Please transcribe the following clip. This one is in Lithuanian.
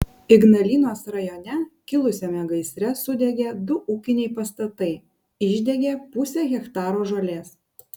ignalinos rajone kilusiame gaisre sudegė du ūkiniai pastatai išdegė pusė hektaro žolės